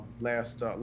last